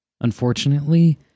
Unfortunately